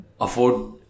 Afford